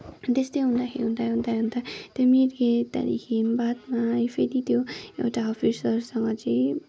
त्यस्तै हुँदाखेरि हुँदा हुँदा हुँदा त्यो मिर्गे त्यहाँदेखि बादमा आयो फेरि त्यो एउटा अफिसरसँग चाहिँ